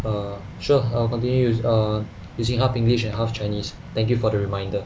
err sure I'll continue err using half english and half chinese thank you for the reminder